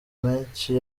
menshi